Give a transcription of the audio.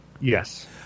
yes